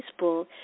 Facebook